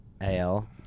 Ale